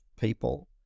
people